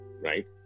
right